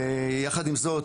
יחד עם זאת,